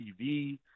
TV